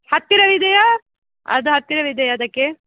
ಹತ್ತಿರವಿದೆಯಾ ಅದು ಹತ್ತಿರವಿದೆಯಾ ಅದಕ್ಕೆ